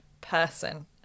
person